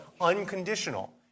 unconditional